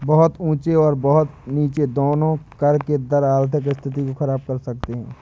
बहुत ऊँचे और बहुत नीचे दोनों कर के दर आर्थिक स्थिति को ख़राब कर सकते हैं